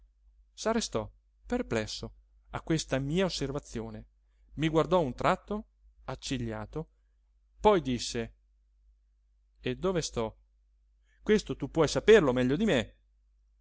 sardegna s'arrestò perplesso a questa mia osservazione mi guardò un tratto accigliato poi disse e dove sto questo tu puoi saperlo meglio di me